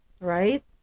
Right